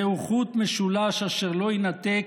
זהו חוט משולש, אשר לא יינתק,